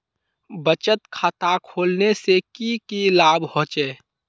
बचत खाता खोलने से की की लाभ होचे?